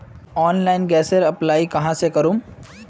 Online गैसेर apply कहाँ से करूम?